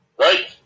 right